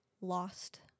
lost